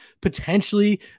potentially